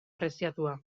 preziatua